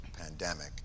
pandemic